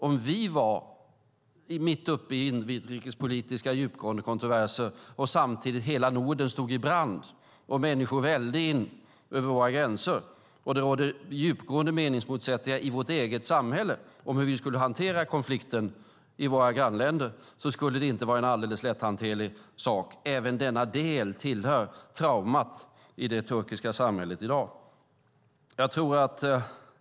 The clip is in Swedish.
Om vi var mitt uppe i djupgående inrikespolitiska kontroverser och samtidigt hela Norden stod i brand, människor vällde in över våra gränser och det rådde djupa meningsmotsättningar i vårt eget samhälle om hur vi skulle hantera konflikten i våra grannländer skulle det inte vara ett alldeles lätthanterligt läge. Även denna del tillhör traumat i det turkiska samhället i dag.